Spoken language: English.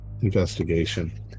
investigation